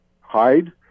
hide